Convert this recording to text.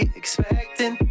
expecting